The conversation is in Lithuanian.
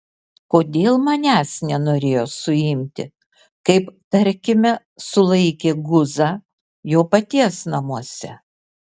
kodėl manęs nenorėjo suimti kaip tarkime sulaikė guzą jo paties namuose